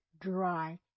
dry